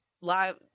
live